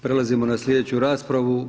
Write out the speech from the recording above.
Prelazimo na sljedeću raspravu.